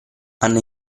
hanno